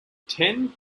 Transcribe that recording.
ten